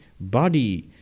body